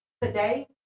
Today